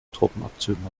truppenabzügen